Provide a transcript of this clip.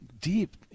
deep